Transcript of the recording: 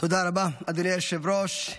תודה רבה, אדוני היושב-ראש.